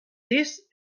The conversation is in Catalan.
sis